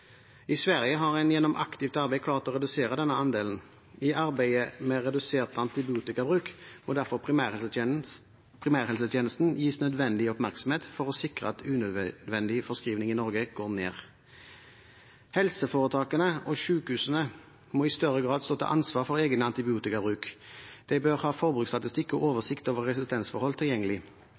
I Sverige har en gjennom aktivt arbeid klart å redusere denne andelen. I arbeidet med redusert antibiotikabruk må derfor primærhelsetjenesten gis nødvendig oppmerksomhet for å sikre at unødvendig forskrivning i Norge går ned. Helseforetakene og sykehusene må i større grad stå til ansvar for egen antibiotikabruk. De bør ha forbruksstatistikk og oversikt over resistensforhold tilgjengelig.